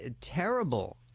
terrible